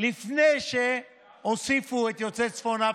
לפני שהוסיפו את יוצאי צפון אפריקה.